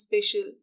special